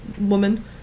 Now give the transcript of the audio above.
woman